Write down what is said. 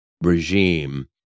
regime